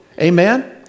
Amen